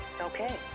Okay